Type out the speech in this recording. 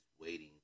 waiting